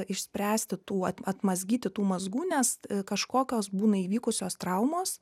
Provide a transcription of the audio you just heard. išspręsti tų at atmazgyti tų mazgų nes kažkokios būna įvykusios traumos